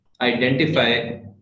identify